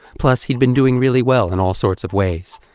plus he'd been doing really well in all sorts of ways.